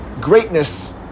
greatness